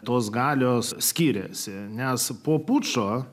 tos galios skyrėsi nes po pučo